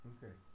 Okay